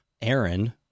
Aaron